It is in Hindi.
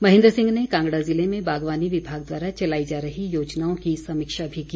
महेन्द्र सिंह ने कांगड़ा जिले में बागवानी विभाग द्वारा चलाई जा रही योजनाओं की समीक्षा भी की